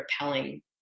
repelling